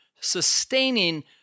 sustaining